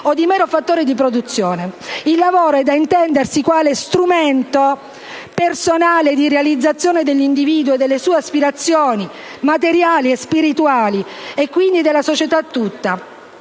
Il lavoro è da intendersi quale strumento personale di realizzazione dell'individuo e delle sue aspirazioni materiali e spirituali, e quindi della società tutta.